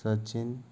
Sachin